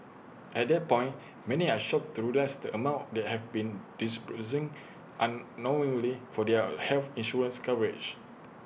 at that point many are shocked to realise the amount they have been disbursing unknowingly for their health insurance coverage